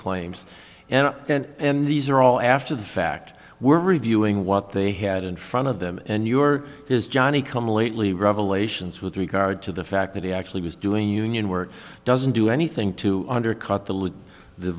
claims and and these are all after the fact we're reviewing what they had in front of them and your is johnny come lately revelations with regard to the fact that he actually was doing union work doesn't do anything to undercut the